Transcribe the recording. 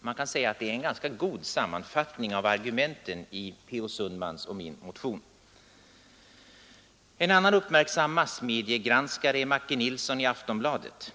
Man kan säga att det är en ganska god sammanfattning av argumenten i Per-Olof Sundmans och min motion! En annan uppmärksam massmediegranskare är Macke Nilsson i Aftonbladet.